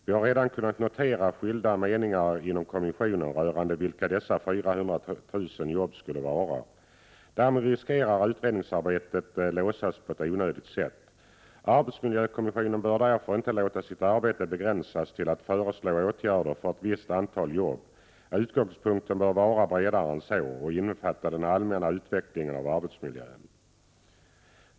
Vi har redan kunnat notera skilda meningar inom kommissionen rörande vilka dessa 400 000 jobb skulle vara. Därmed riskerar utredningsarbetet låsas på ett onödigt sätt. Arbetsmiljökommissionen bör därför inte låta sitt arbete begränsas till att föreslå åtgärder för ett visst antal jobb. Utgångspunkten bör vara bredare än så, och innefatta den allmänna utvecklingen av arbetsmiljön.